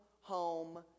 home